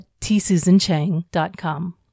tsusanchang.com